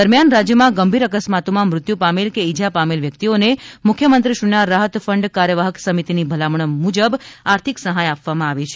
દરમિયાન રાજ્યમાં ગંભીર અકસ્માતોમાં મૃત્યુ પામેલ કે ઇજા પોમેલ વ્યક્તિઓને મુખ્યમંત્રીશ્રીના રાહતફંડ કાર્યવાહક સમિતીની ભલામણ મુજબ આપવામાં આવે છે